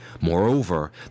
Moreover